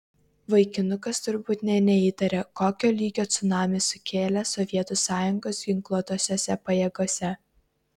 vaikinukas turbūt nė neįtarė kokio lygio cunamį sukėlė sovietų sąjungos ginkluotosiose pajėgose